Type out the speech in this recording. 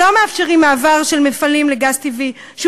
שלא מאפשרים מעבר של מפעלים לגז טבעי שהוא